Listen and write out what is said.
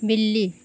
बिल्ली